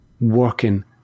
working